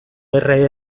erre